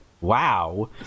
Wow